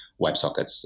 WebSockets